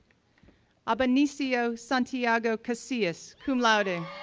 abenicio santiago casias, cum laude, and